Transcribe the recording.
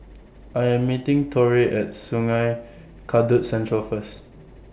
I Am meeting Torey At Sungei Kadut Central First